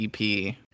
EP